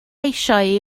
eisiau